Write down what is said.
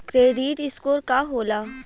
Credit score का होला?